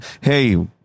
hey